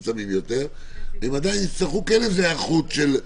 יצטרכו איזושהי היערכות.